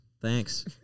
Thanks